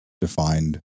defined